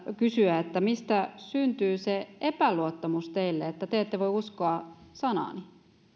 kysyä mistä syntyy se epäluottamus teille että te ette voi uskoa sanaani